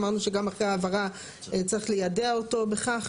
אמרנו שגם אחרי ההעברה צריך ליידע אותו בכך.